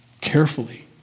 Carefully